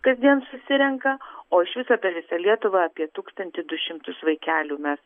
kasdien susirenka o iš viso per visą lietuvą apie tūkstantį du šimtus vaikelių mes